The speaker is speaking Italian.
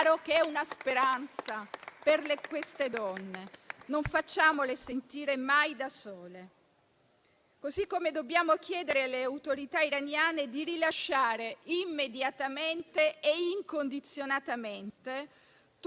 faro, che è una speranza per quelle donne. Non facciamole sentire mai da sole. Allo stesso modo, dobbiamo chiedere alle autorità iraniane di rilasciare immediatamente e incondizionatamente